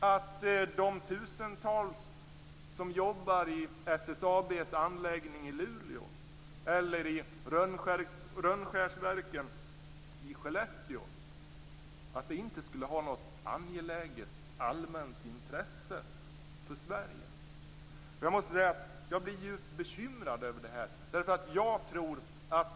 Det innebär vidare att de tusentals som jobbar i SSAB:s anläggning i Luleå eller i Rönnskärsverken i Skellefteå inte skulle vara av något angeläget allmänt intresse för Sverige. Jag måste säga att jag blir bekymrad över detta.